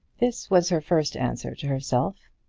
this was her first answer to herself.